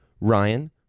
Ryan